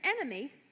enemy